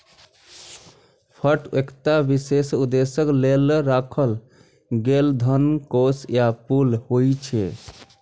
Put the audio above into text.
fund एकटा विशेष उद्देश्यक लेल राखल गेल धन के कोष या पुल होइ छै